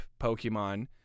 Pokemon